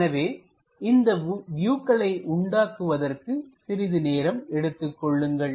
எனவே இந்த வியூக்களை உண்டாக்குவதற்கு சிறிது நேரம் எடுத்துக் கொள்ளுங்கள்